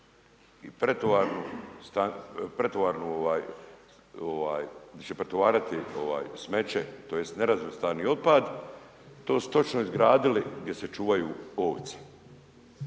pretovarnu gdje će pretovarati smeće, tj. nerazvrstani otpad, to su točno izgradili gdje se čuvaju ovce.